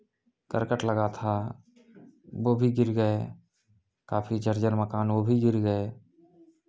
करकट लगा था वो भी गिर गए काफी जर्जर मकान वो भी गिर गए